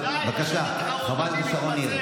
אבל, בבקשה, חברת הכנסת שרון ניר.